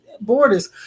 borders